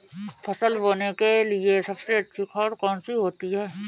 फसल बोने के लिए सबसे अच्छी खाद कौन सी होती है?